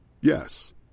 Yes